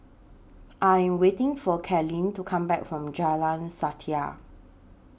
I Am waiting For Kathryn to Come Back from Jalan Setia